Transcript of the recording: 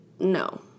No